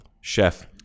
Chef